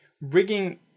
rigging